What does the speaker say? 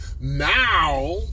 now